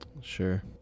Sure